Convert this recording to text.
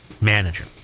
manager